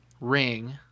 Ring